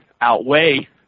outweigh